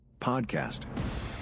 Podcast